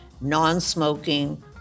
non-smoking